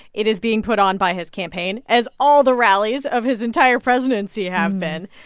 it is being put on by his campaign, as all the rallies of his entire presidency have been.